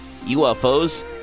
ufos